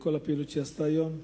ולכל הפעילות שהיא עשתה היום.